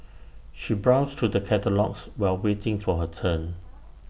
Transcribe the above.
she browsed through the catalogues while waiting for her turn